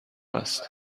است